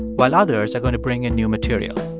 while others are going to bring in new material.